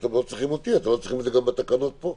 אתם לא צריכים אותי ואתם לא צריכים את זה גם בתקנות פה.